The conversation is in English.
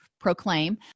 proclaim